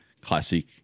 classic